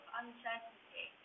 uncertainty